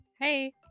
Hey